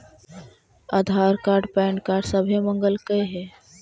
आधार card PAN card सभे मगलके हे?